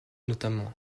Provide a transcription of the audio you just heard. notamment